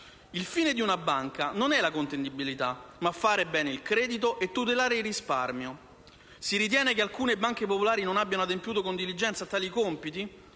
il fine di una banca non è la contendibilità, ma fare bene il credito e tutelare il risparmio. Si ritiene che alcune banche popolari non abbiano adempiuto con diligenza a tali compiti?